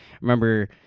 remember